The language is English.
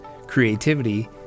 creativity